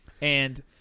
And-